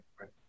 right